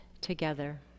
together